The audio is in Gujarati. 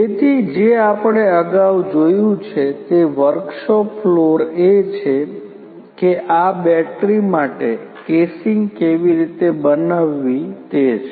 તેથી જે આપણે અગાઉ જોયું છે તે વર્કશોપ ફ્લોર એ છે કે આ બેટરી માટે કેસીગ કેવી રીતે બનાવવી તે છે